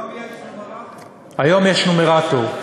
היום יש נומרטור.